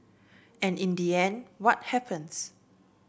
and in the end what happens